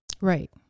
Right